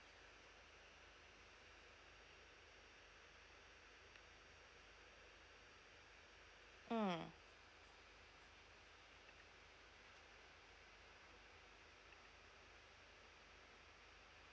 mm